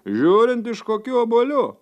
žiūrint iš kokių obuolių